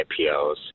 IPOs